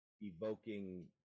evoking –